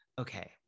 okay